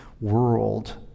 world